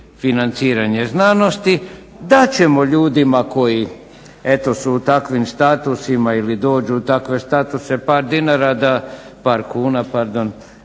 financiranje znanosti, dat ćemo ljudima koji eto su u takvim statusima ili dođu u takve statuse par dinara, par kuna pardon,